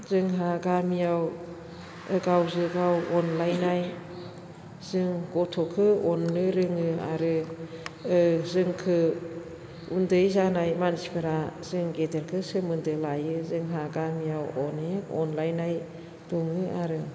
जोंहा गामियाव गावजों गाव अनलायनाय जों गथ'खौ अननो रोङो आरो जोंखो उन्दै जानाय मानसिफोरा जों गेदेरखौ सोमोन्दो लायो जोंहा गामियाव अनेक अनलायनाय दङ आरो